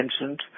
mentioned